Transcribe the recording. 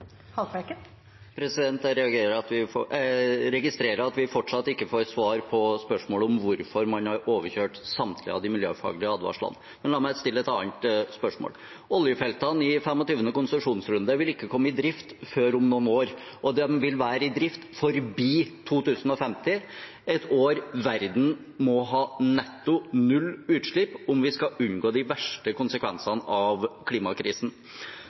registrerer at vi fortsatt ikke får svar på spørsmålet om hvorfor man har overkjørt samtlige av de miljøfaglige advarslene, men la meg stille et annet spørsmål. Oljefeltene i 25. konsesjonsrunde vil ikke komme i drift før om noen år. De vil være i drift forbi 2050 – et år da verden må ha netto null i utslipp om vi skal unngå de verste konsekvensene av klimakrisen.